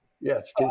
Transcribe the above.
Yes